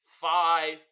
five